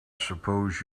suppose